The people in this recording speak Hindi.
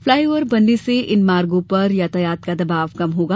फ्लाई ओव्हर बनने से इन मार्गो पर यातायात का दबाव कम होगा